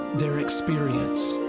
btheir experience.